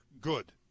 Good